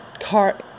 car